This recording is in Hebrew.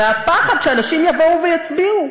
מפחד שאנשים יבואו ויצביעו,